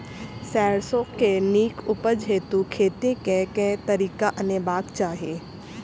सैरसो केँ नीक उपज हेतु खेती केँ केँ तरीका अपनेबाक चाहि?